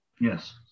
Yes